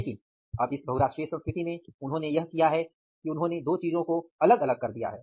लेकिन अब इस बहुराष्ट्रीय संस्कृति में उन्होंने यह किया है कि उन्होंने दो चीजों को अलग किया है